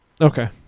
Okay